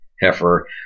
heifer